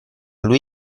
lui